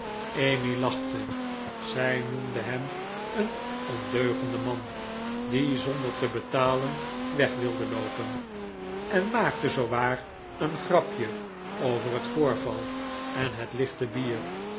emmy lachte zij noemde hem een ondeugenden man die zonder te betalen weg wilde loopen en maakte zoowaar een grapje over het voorval en het lichte bier